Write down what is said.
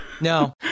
No